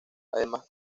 además